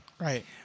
Right